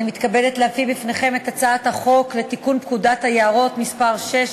אני מתכבדת להביא בפניכם את הצעת חוק לתיקון פקודת היערות (מס' 6),